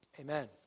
Amen